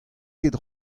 ket